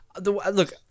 Look